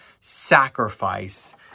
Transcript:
sacrifice